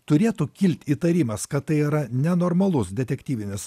turėtų kilt įtarimas kad tai yra nenormalus detektyvinis